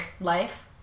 life